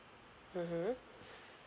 mmhmm